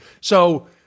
So-